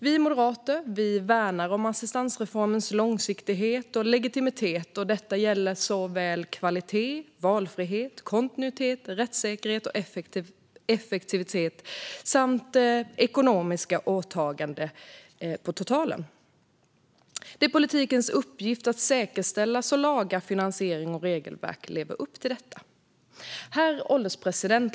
Vi moderater värnar assistansreformens långsiktighet och legitimitet. Detta gäller såväl kvalitet, valfrihet, kontinuitet, rättssäkerhet och effektivitet som ekonomiska åtaganden på totalen. Det är politikens uppgift att säkerställa att lagar, finansiering och regelverk lever upp till detta. Herr ålderspresident!